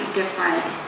different